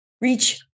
reach